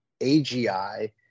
AGI